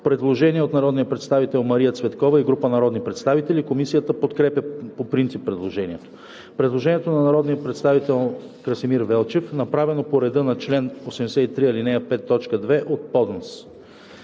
Предложение от народния представител Мария Цветкова и група народни представители. Комисията подкрепя по принцип предложението. Предложение на народния представител Красимир Велчев, направено по реда на чл. 83, ал. 5, т.